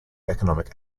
economic